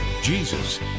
Jesus